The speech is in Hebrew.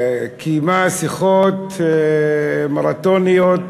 קיימה שיחות מרתוניות